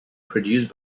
produced